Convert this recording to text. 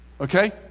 okay